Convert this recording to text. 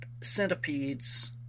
centipedes